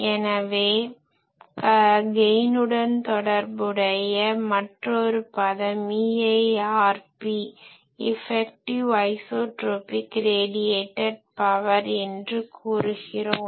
எனவே கெய்னுடன் தொடர்புடைய மற்றொரு பதம் EIRP effective isotropic radiated power effective isotropic radiated power என்று கூறுகிறோம்